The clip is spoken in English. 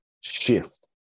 shift